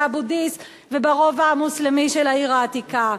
באבו-דיס וברובע המוסלמי של העיר העתיקה.